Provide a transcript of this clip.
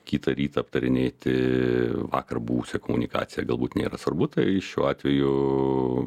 kitą rytą aptarinėti vakar buvusią komunikaciją galbūt nėra svarbu tai šiuo atveju